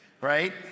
right